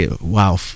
wow